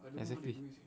exactly